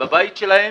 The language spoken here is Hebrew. בבית שלהם